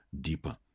deeper